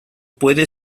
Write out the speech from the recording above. puede